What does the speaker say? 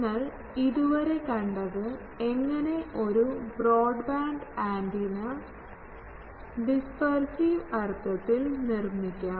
നമ്മൾ ഇതുവരെ കണ്ടത് എങ്ങനെ ഒരു ബ്രോഡ്ബാൻഡ് ആൻറിന ഡിസ്പർസ് അർത്ഥത്തിൽ നിർമ്മിക്കാം